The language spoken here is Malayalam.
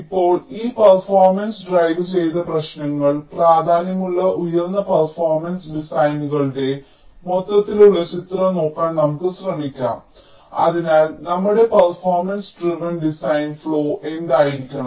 ഇപ്പോൾ ഈ പെർഫോമൻസ് ഡ്രൈവുചെയ്ത പ്രശ്നങ്ങൾ പ്രാധാന്യമുള്ള ഉയർന്ന പെർഫോമൻസ് ഡിസൈനുകളുടെ മൊത്തത്തിലുള്ള ചിത്രം നോക്കാൻ നമുക്ക് ശ്രമിക്കാം അതിനാൽ നമ്മുടെ പെർഫോമൻസ് ഡ്രൈവെൻ ഡിസൈൻ ഫ്ലോ എന്തായിരിക്കണം